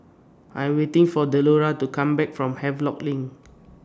I Am waiting For Delora to Come Back from Havelock LINK